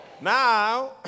Now